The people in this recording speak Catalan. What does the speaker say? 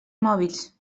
mòbils